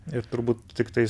ir turbūt tiktais